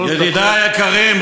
ידידי היקרים,